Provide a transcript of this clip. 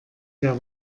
der